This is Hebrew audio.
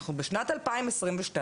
אנחנו בשנת 2022,